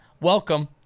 Welcome